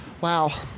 wow